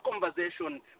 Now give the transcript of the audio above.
conversation